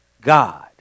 God